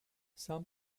some